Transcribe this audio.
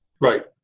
Right